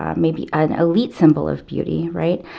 maybe an elite symbol of beauty, right,